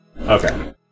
Okay